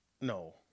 No